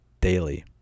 daily